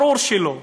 ברור שלא.